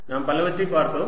நாம் பலவற்றை பார்த்தோம்